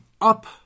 up